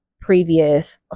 previous